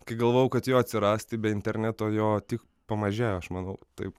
kai galvojau kad jo atsirasti be interneto jo tik pamažėjo aš manau taip